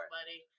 buddy